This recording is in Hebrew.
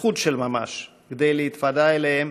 וזכות של ממש להתוודע אליהם,